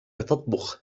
تطبخ